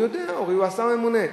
הוא יודע, הוא הרי השר הממונה.